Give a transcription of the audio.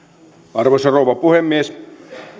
arvoisa rouva puhemies